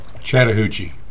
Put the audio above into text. Chattahoochee